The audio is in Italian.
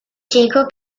cieco